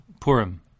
Purim